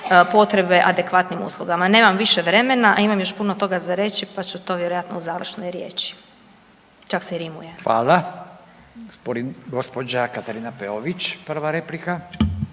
potrebe adekvatnim uslugama. Nemam više vremena, a imam još puno toga za reći, pa ću to vjerojatno u završnoj riječi. Čak se i rimuje. **Radin, Furio (Nezavisni)** Hvala.